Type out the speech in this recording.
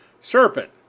serpent